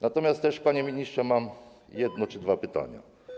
Natomiast, panie ministrze, mam jedno czy dwa pytania.